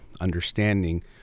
understanding